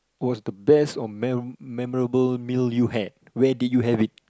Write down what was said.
was the best or mem~ memorable meal you had where did you have it